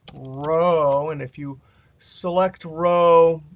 row, and if you select row,